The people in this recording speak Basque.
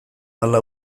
hala